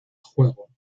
juego